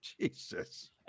Jesus